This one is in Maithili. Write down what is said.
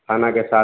खानाके साथ